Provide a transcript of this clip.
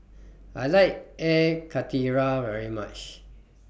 I like Air Karthira very much